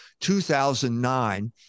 2009